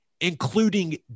including